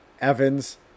Evans